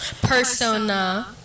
Persona